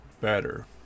better